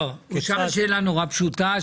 הוא שאל שאלה נורא פשוטה,